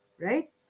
Right